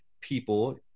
people